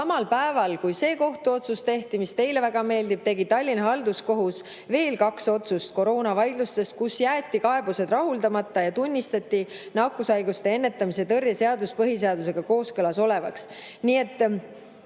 Samal päeval, kui tehti see otsus, mida te tsiteerite, tegi Tallinna Halduskohus veel kaks otsust koroonavaidlustes, kus jäeti kaebused rahuldamata ja tunnistati nakkushaiguste ennetamise ja tõrje seadus põhiseadusega kooskõlas olevaks.